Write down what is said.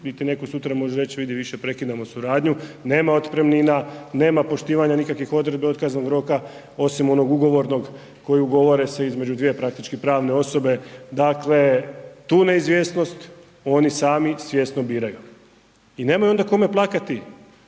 niti netko sutra može reći vidi više prekidamo suradnju nema otpremnina, nema poštovanja nikakvih odredbi otkaznog roka osim onog ugovornog koji se ugovore između dvije pravne osobe. Dakle tu neizvjesnost oni sami svjesno biraju i nemaju onda kome plakati